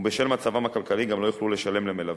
ובשל מצבם הכלכלי גם לא יוכלו לשלם למלווה,